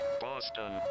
Boston